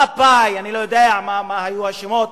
מפא"י, אני לא יודע מה היו השמות,